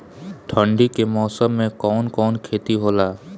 ठंडी के मौसम में कवन कवन खेती होला?